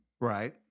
Right